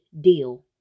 deal